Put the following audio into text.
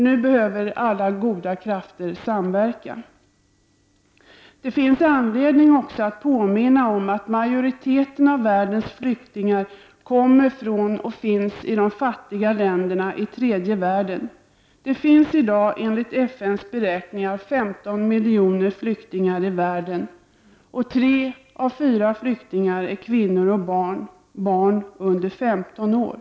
Nu behöver alla goda krafter samverka. Det finns anledning att påminna om att majoriteten av världens flyktingar kommer från och finns i de fattiga länderna i tredje världen. Det finns i dag enligt FNs beräkningar 15 miljoner flyktingar i världen. Tre av fyra flyktingar är kvinnor och barn. Det gäller alltså barn under 15 år.